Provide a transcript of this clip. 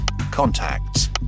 Contacts